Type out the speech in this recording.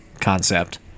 concept